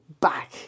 back